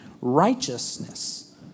righteousness